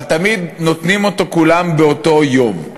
אבל תמיד נותנים אותו כולם באותו יום.